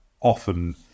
often